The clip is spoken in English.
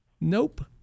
Nope